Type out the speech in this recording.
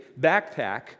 backpack